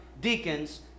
deacons